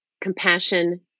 compassion